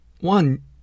one